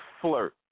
Flirt